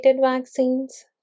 vaccines